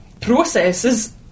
processes